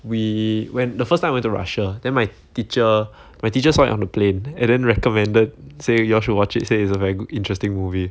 we when the first time I went to Russia then my teacher my teacher saw it on the plane and then recommended say your should watch it say it's a very good interesting movie